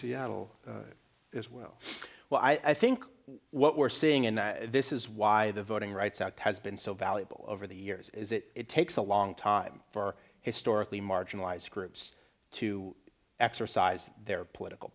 seattle as well well i think what we're seeing and this is why the voting rights act has been so valuable over the years is that it takes a long time for historically marginalized groups to exercise their political